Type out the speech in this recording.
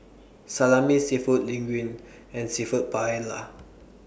Salami Seafood Linguine and Seafood Paella